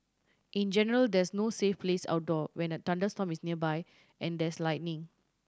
in general there is no safe place outdoor when a thunderstorm is nearby and there is lightning